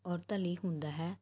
ਔਰਤਾਂ ਲਈ ਹੁੰਦਾ ਹੈ